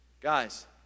Guys